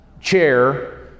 chair